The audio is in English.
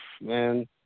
man